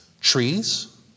Trees